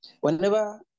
whenever